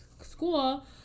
school